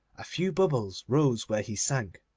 a few bubbles rose where he sank.